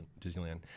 Disneyland